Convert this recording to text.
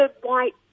white